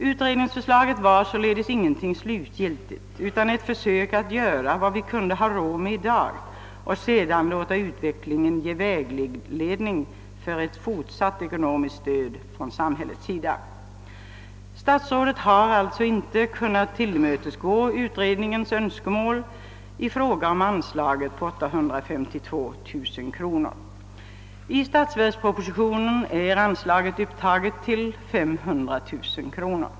Utredningsförslaget var således ingenting slutgiltigt utan ett försök att genomföra vad vi kunde ha råd med i dag och sedan låta utvecklingen ge vägledning för ett fortsatt ekonomiskt stöd från samhällets sida. Statsrådet har alltså inte kunnat tillmötesgå utredningens önskemål i fråga om anslaget på 852 000 kronor. I statsverkspropositionen är anslaget upptaget till 500 000 kronor.